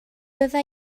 bydda